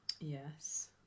Yes